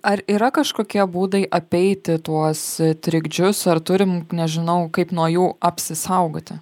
ar yra kažkokie būdai apeiti tuos trikdžius ar turim nežinau kaip nuo jų apsisaugoti